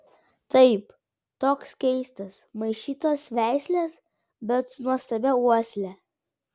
taip toks keistas maišytos veislės bet su nuostabia uosle